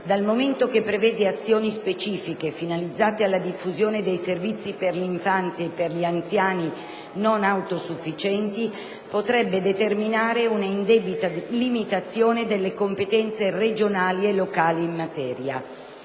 dal momento che prevede azioni specifiche finalizzate alla diffusione dei servizi per l'infanzia e per gli anziani non autosufficienti, potrebbe determinare una indebita limitazione delle competenze regionali e locali in materia;